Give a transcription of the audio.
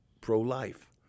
pro-life